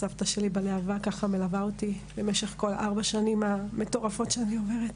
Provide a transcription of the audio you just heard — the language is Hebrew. סבתא שלי בלהבה ככה מלווה אותי במשך כל ארבע השנים המטורפות שאני עוברת.